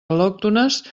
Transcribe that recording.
al·lòctones